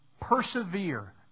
persevere